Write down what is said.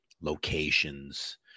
locations